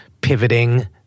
pivoting